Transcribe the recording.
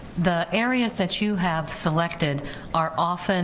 the areas that you have selected are often